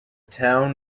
town